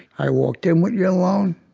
i walked in with you alone,